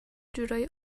جورایی